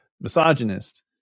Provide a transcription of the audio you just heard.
misogynist